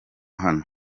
hano